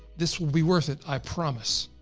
this will be worth it, i promise.